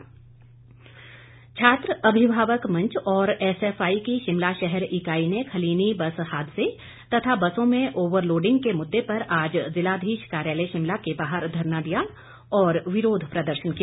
धरना छात्र अभिभावक मंच और एसएफआई की शिमला शहर इकाई ने खलीनी बस हादसे तथा बसों में ओवरलोडिंग के मुददे पर आज जिलाधीश कार्यालय शिमला के बाहर धरना दिया और विरोध प्रदर्शन किया